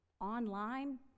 online